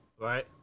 right